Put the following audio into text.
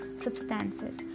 substances